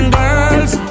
girls